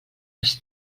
els